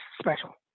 special